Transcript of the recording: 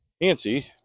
Nancy